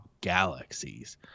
galaxies